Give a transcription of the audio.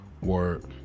Word